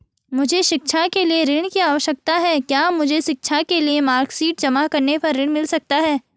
मुझे शिक्षा के लिए ऋण की आवश्यकता है क्या मुझे शिक्षा के लिए मार्कशीट जमा करने पर ऋण मिल सकता है?